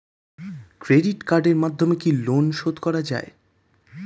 Credit কার্ডের মাধ্যমে কি লোন শোধ করা যায়?